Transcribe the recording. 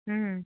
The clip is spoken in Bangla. হুম